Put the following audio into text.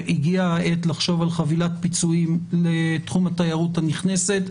שהגיעה העת לחשוב על חבילת פיצויים לתחום התיירות הנכנסת.